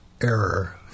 error